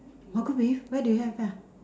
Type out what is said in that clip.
hawker V where did you have there